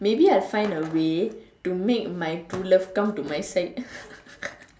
maybe I find a way to make my true love come to my side